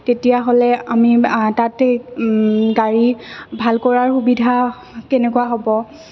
তেতিয়াহ'লে আমি তাতেই গাড়ী ভাল কৰাৰ সুবিধা কেনেকুৱা হ'ব